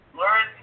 learn